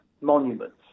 monuments